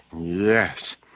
Yes